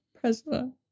president